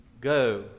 Go